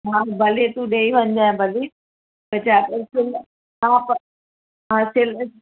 हा भले तूं ॾेई वञजांइ भली